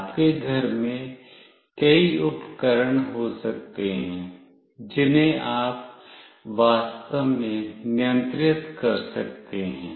आपके घर में कई उपकरण हो सकते हैं जिन्हें आप वास्तव में नियंत्रित कर सकते हैं